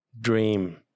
dream